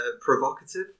provocative